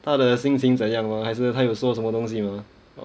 他的心情怎样吗还是他有说什么东西吗